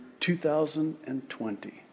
2020